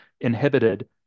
inhibited